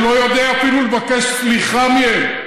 אתה שלא יודע אפילו לבקש סליחה מהם,